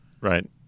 right